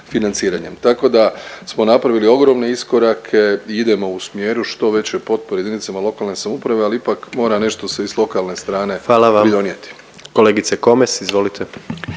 financiranjem, tako da smo napravili ogromne iskorake. Idemo u smjeru što veće potpore jedinicama lokalne samouprave, ali ipak mora se nešto se i sa lokalne … …/Upadica predsjednik: Hvala vam./… … samouprave